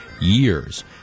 years